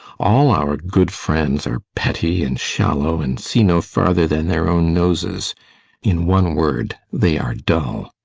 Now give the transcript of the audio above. all our good friends are petty and shallow and see no farther than their own noses in one word, they are dull.